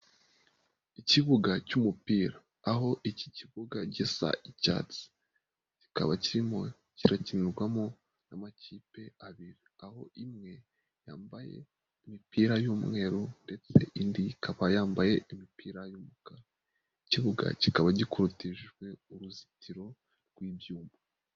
Ikibuga cy'umupira, aho iki kibuga gisa icyatsi, kikaba kirimo kirakinirwamo n'amakipe abiri, aho imwe yambaye imipira y'umweru ndetse indi ikaba yambaye imipira y'umukara, ikibuga kikaba gikorotirijwe uruzitiro rw'ibyuma.